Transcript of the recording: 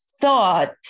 thought